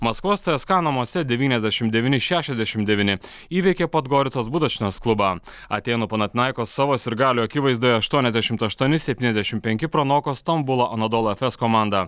maskvos cska namuose devyniasdešimt devyni šešiadešimt devyni įveikė podgoricos budačnos klubą atėnų panathinaikos savo sirgalių akivaizdoje aštuoniasdešimt aštuoni septyniasdešimt penki pranoko stambulo anadolu efes komandą